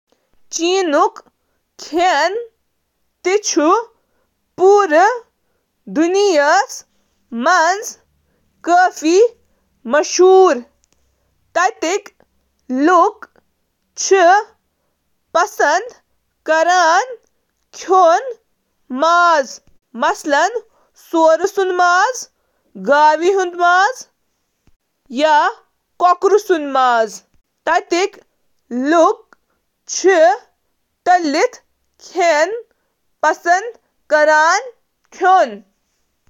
سٹیپلَن منٛز چھِ توٚمُل، نوڈلز، تہٕ سبزی، ماز تہٕ سمندری غذا وٲلۍ کھٮ۪ن شٲمِل۔ چینی ضِیافت چھِ پنِنہِ ذائقن تہٕ بناوٹَن ہٕنٛدِس توازنس سۭتۍ سۭتۍ تازٕ اجزاہَن پٮ۪ٹھ زور دِنہٕ خٲطرٕ زاننہٕ یِوان۔ یہِ چُھ مُختٔلِف غذٲیی ترجیحاتن مُطٲبِق تہِ موافقت تھاوان، یَتھ منٛز واریاہ سبزی خور تہٕ ویگن آپشن دٔستِیاب چھِ۔